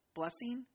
blessing